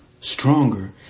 stronger